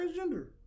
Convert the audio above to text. transgender